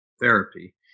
therapy